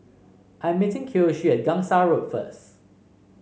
I'm meeting Kiyoshi at Gangsa Road first